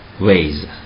ways